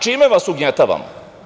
Čime vas ugnjetavamo?